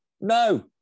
No